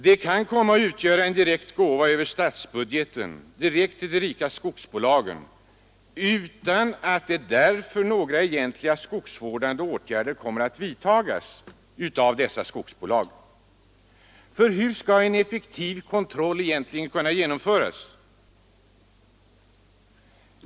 Det kan komma att utgöra en direkt gåva över statsbudgeten till de rika skogsbolagen, utan att därför några egentliga skogsvårdande åtgärder kommer att vidtas av dessa skogsbolag. Hur skall en effektiv kontroll här egentligen kunna genomföras?